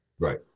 Right